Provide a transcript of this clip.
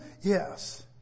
yes